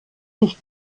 sich